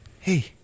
hey